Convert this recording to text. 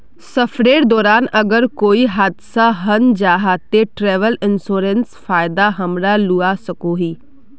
सफरेर दौरान अगर कोए हादसा हन जाहा ते ट्रेवल इन्सुरेंसर फायदा हमरा लुआ सकोही